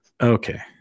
Okay